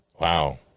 Wow